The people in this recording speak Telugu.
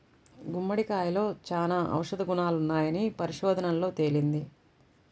గుమ్మడికాయలో చాలా ఔషధ గుణాలున్నాయని పరిశోధనల్లో తేలింది